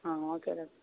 ah okay doctor